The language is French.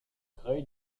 crée